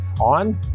on